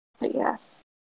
yes